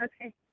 Okay